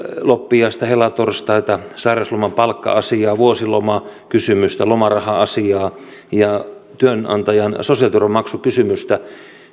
loppiaista helatorstaita sairausloman palkka asiaa vuosilomakysymystä lomaraha asiaa ja työnantajan sosiaaliturvamaksukysymystä